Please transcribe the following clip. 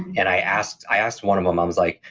and i asked i asked one of them, i was like,